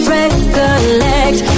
recollect